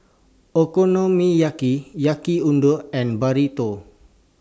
Okonomiyaki Yaki Udon and Burrito